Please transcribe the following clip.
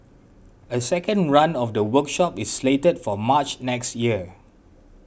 a second run of the workshop is slated for March next year